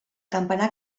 campanar